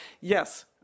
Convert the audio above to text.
yes